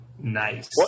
Nice